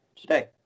today